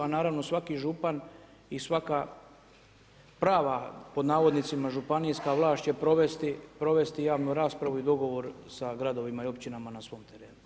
A naravno svaki župan i svaka „prava županijska vlast“ će provesti javnu raspravu i dogovor sa gradovima i općinama na svom terenu.